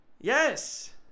Yes